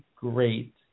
great